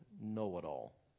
know-it-all